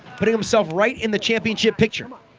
putting himself right in the championship picture.